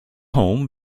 home